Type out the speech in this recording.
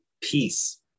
peace